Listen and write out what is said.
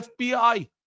FBI